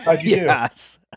Yes